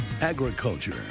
Agriculture